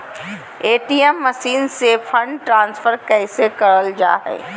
ATM machine से fund transfer कैसे करल जा है?